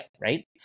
right